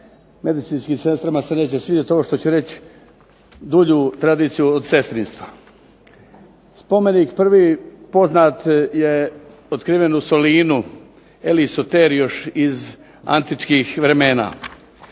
medicinskim sestrama se neće svidjet ovo što ću reći, dulju tradiciju od sestrinstva. Spomenik prvi poznat je otkriven u Solinu …/Govornik se ne razumije./… iz antičkih vremena,